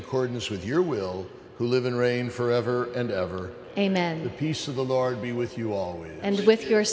accordance with your will to live in reign forever and ever amen the peace of the lord be with you all and with your